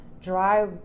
dry